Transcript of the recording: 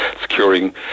securing